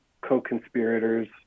co-conspirators